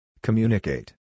Communicate